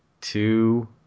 two